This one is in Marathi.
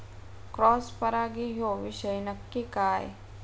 क्रॉस परागी ह्यो विषय नक्की काय?